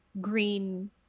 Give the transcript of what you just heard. green